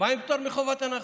מה עם פטור מחובת הנחה?